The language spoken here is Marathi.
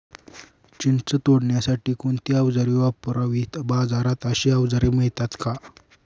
चिंच तोडण्यासाठी कोणती औजारे वापरावीत? बाजारात अशी औजारे मिळतात का?